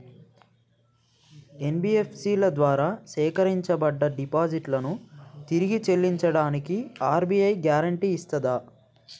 NBFC ల ద్వారా సేకరించబడ్డ డిపాజిట్లను తిరిగి చెల్లించడానికి ఆర్.బి.ఐ గ్యారెంటీ ఇస్తదా?